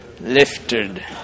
Lifted